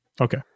Okay